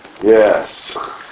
Yes